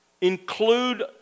Include